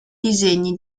disegni